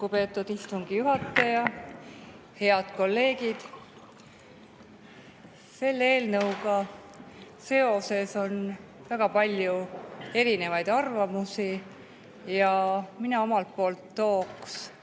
lugupeetud istungi juhataja! Head kolleegid! Selle eelnõuga seoses on väga palju erinevaid arvamusi. Mina omalt poolt tooks